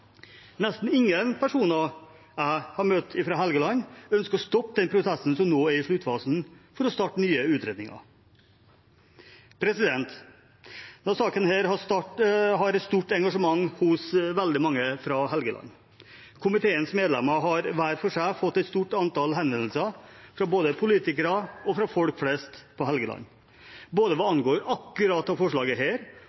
Nesten ingen personer jeg har møtt fra Helgeland, ønsker å stoppe den prosessen som nå er i sluttfasen, for å starte nye utredninger. Denne saken har et stort engasjement hos veldig mange fra Helgeland. Komiteens medlemmer har hver for seg fått et stort antall henvendelser fra både politikere og folk flest på Helgeland, både hva